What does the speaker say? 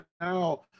now